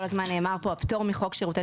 כל הזמן נאמר פה: "הפטור מחוק שירותי